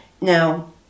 Now